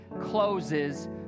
closes